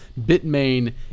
Bitmain